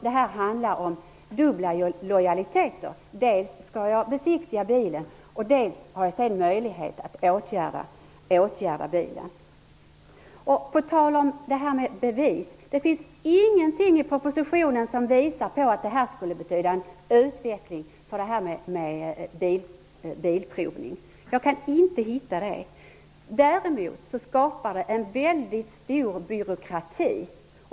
Det handlar ju om dubbla lojaliteter. Dels skall man besiktiga bilen, dels skall man ha möjlighet att få den reparerad. Jag kan inte hitta någonting i propositionen som visar att detta skulle betyda en utveckling av bilprovningen. Däremot skapar det en väldigt stor byråkrati.